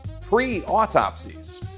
pre-autopsies